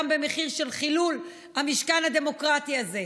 גם במחיר של חילול המשכן הדמוקרטי הזה?